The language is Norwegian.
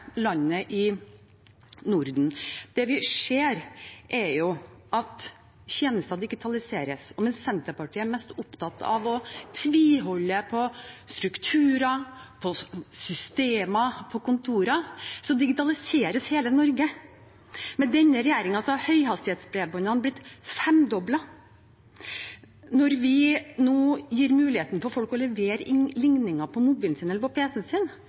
landet i Norden. Det vi ser, er at tjenester digitaliseres, og mens Senterpartiet er mest opptatt av å tviholde på strukturer, systemer og kontorer, digitaliseres hele Norge. Med denne regjeringen har tilgangen til høyhastighetsbredbånd blitt femdoblet. Når vi nå gir folk mulighet til å levere inn ligningen på mobilen eller pc-en sin,